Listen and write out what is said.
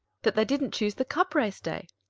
that they didn't choose the cup race day!